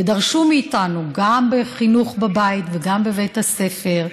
ודרשו מאיתנו, גם בחינוך בבית וגם בבית הספר,